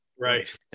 Right